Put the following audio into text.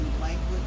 language